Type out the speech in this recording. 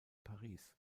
paris